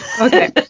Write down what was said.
okay